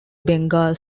bengal